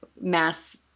mass